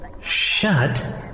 Shut